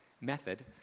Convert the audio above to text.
method